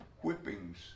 whippings